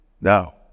now